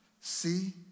See